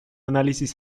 análisis